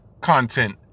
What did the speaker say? content